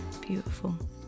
Beautiful